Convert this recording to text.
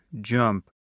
jump